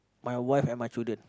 my wife and my children